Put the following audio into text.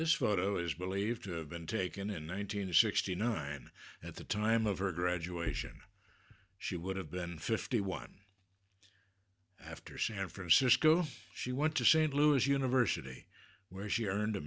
this photo is believed to have been taken in one nine hundred sixty nine at the time of her graduation she would have been fifty one after san francisco she went to st louis university where she earned a